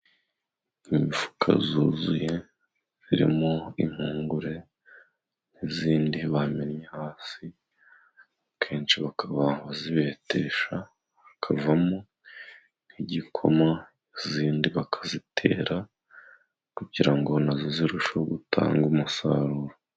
Imifuka yuzuye irimo impungure n'izindi bamennye hasi, akenshi bakaba bazibetesha hakavamo nk'igikoma izindi bakazitera kugira ngo nazo zirusheho gutanga umusaruro.